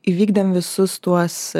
įvykdėm visus tuos